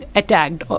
attacked